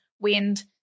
wind